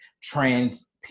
trans